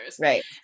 right